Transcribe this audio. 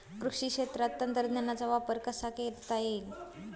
कृषी क्षेत्रात तंत्रज्ञानाचा वापर कसा करता येईल?